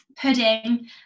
pudding